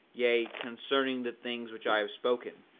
yea, concerning the things which i have spoken,